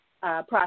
process